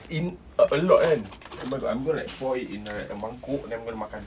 in a a lot kan oh my god I'm going to like pour it in like a mangkuk then I'm going to makan